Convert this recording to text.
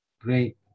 Great